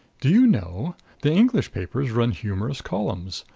do you know the english papers run humorous columns!